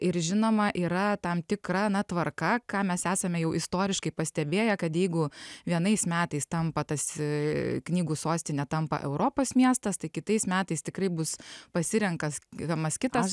ir žinoma yra tam tikra na tvarka ką mes esame jau istoriškai pastebėję kad jeigu vienais metais tampa tas i knygų sostine tampa europos miestas tai kitais metais tikrai bus pasirenkas gi mas kitas